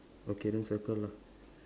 okay then circle lah